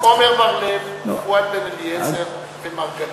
עמר בר-לב, פואד בן-אליעזר ומרגלית.